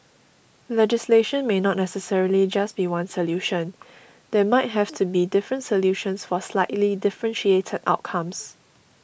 legislation may not necessarily just be one solution there might have to be different solutions for slightly differentiated outcomes